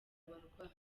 abarwayi